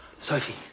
Sophie